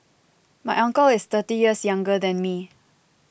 my uncle is thirty years younger than me